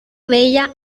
bella